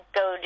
go